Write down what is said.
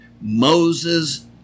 Moses